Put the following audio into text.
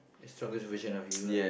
the strongest version of you lah